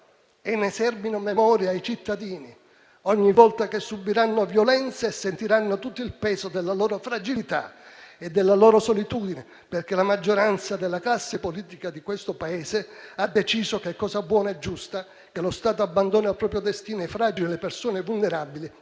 e ne serbino memoria i cittadini, ogni volta che subiranno violenza e sentiranno tutto il peso della loro fragilità e della loro solitudine, perché la maggioranza della classe politica di questo Paese ha deciso che è cosa buona e giusta che lo Stato abbandoni al proprio destino i fragili e le persone vulnerabili